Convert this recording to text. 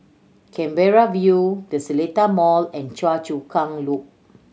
Canberra View The Seletar Mall and Choa Chu Kang Loop